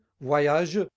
voyage